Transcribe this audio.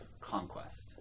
conquest